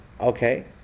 okay